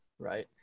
Right